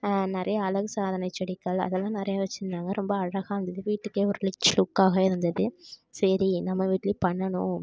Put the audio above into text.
நிறைய அழகு சாதனை செடிகள் அதெல்லாம் நிறையா வச்சுருந்தாங்க ரொம்ப அழகாருந்தது வீட்டுக்கே ஒரு ரிச் லுக்காக இருந்தது சரி நம்ம வீட்டுலேயும் பண்ணணும்